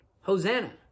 Hosanna